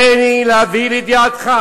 הריני להביא לידיעתך